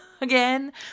again